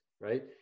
right